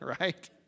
Right